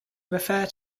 refer